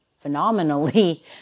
phenomenally